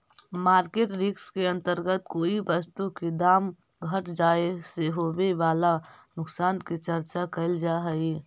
market risk के अंतर्गत कोई वस्तु के दाम घट जाए से होवे वाला नुकसान के चर्चा कैल जा हई